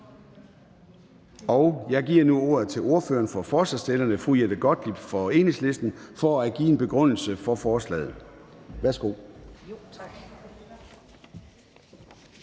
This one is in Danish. Jeg giver nu ordet til ordføreren for forslagsstillerne, fru Jette Gottlieb fra Enhedslisten, for at give en begrundelse for forslaget. Værsgo.